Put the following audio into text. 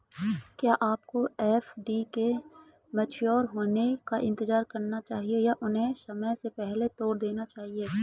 क्या आपको एफ.डी के मैच्योर होने का इंतज़ार करना चाहिए या उन्हें समय से पहले तोड़ देना चाहिए?